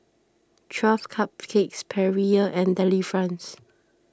twelve Cupcakes Perrier and Delifrance